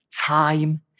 Time